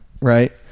right